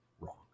wrong